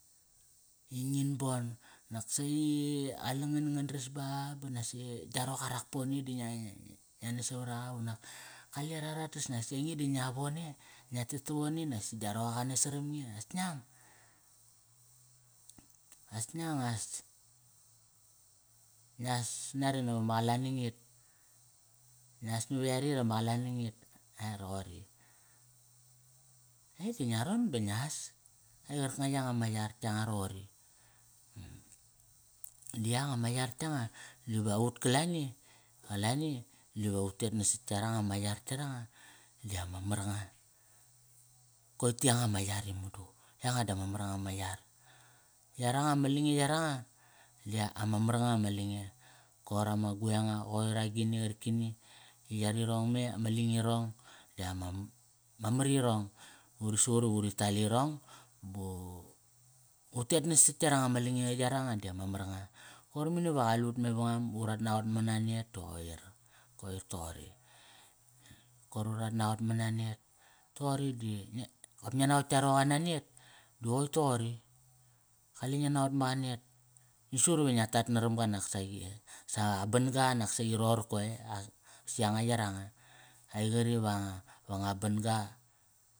I ngin bon, nak saqi qale ngan ngan dras ba ba nasaqi gia roqa rak pone di ngia, ngia nas savaraqa unak kale ra tas nasi nge di ngia vone, ngia tet tavone. Nasi gia roqa qa nas saram nge as ngiang As ngiang as ngias nare na vama qalanangit. Ngias nava yarit ama qalanangit, a, roqori E di ngia ron ba ngias. Ai qarkanga yanga ma yar yanga roqori. Di yanga ma yar yanga, dive ut kalani, qalani, dive utet nasat yaranga ma yar yaranga di ama mar nga Koi ti yanga ma yar i mudu. Yanga dama mar nga ma yar Yaranga ama lange yaranga, dia ama mar nga ma lange Koir ama gueng nga. Qoir agini qarkani i yarirong me ama langirong di ama, ma mar irong Uri suqut ivuri tal irong ba utet nasat yaranga ma lange yaranga di ama mar nga. Koir mani va qale ut mevangam, urat naqot mana net. Toqori di ngia, na kop ngia naqot tka roqa na net di qoi toqori Kale ngia naqot ma qa net. Ngi siqut iva ngia tat narama ga naksaqi eh? Sa ban-ga nak saqi roqorko, ei si anga yaranga. Ai qari va, va nga ban-ga.